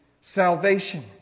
salvation